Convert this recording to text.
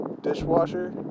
dishwasher